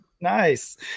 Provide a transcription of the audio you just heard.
Nice